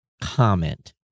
comment